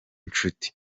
nshuti